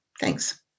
Thanks